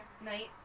night